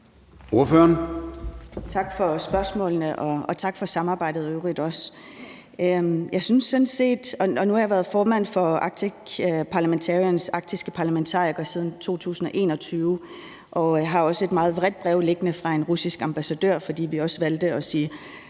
Tak for spørgsmålene, og også tak for samarbejdet i øvrigt. Nu har jeg været formand for Arctic Parliamentarians, arktiske parlamentarikere, siden 2021, og jeg har også et meget vredt brev liggende fra en russisk ambassadør, fordi vi også valgte at sige,